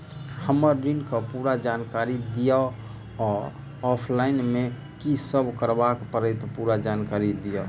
हम्मर ऋण केँ पूरा जानकारी दिय आ ऑफलाइन मे की सब करऽ पड़तै पूरा जानकारी दिय?